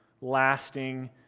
lasting